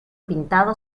pintado